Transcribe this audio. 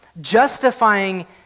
justifying